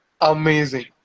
amazing